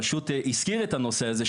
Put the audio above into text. השכיל את הנושא הזה,